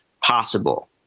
possible